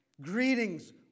greetings